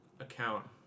account